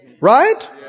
Right